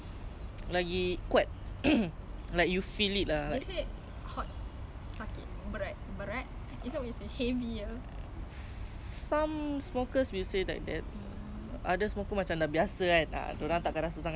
but for me I'm a hot smoker if I smoke another brand and even if it's hot right I will feel the difference macam winston mine is L_V ya nevermind at least you know the brand